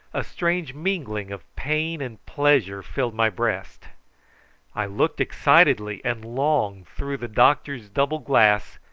a strange mingling of pain and pleasure filled my breast i looked excitedly and long through the doctor's double glass,